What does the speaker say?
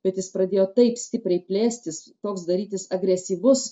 bet jis pradėjo taip stipriai plėstis toks darytis agresyvus